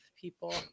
people